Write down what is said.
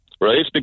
right